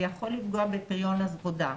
זה יכול לפגוע בפריון העבודה,